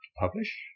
publish